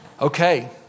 Okay